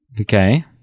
Okay